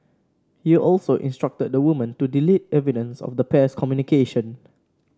he also instructed the woman to delete evidence of the pair's communication